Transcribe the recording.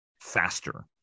faster